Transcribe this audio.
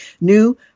new